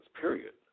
period